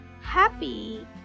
happy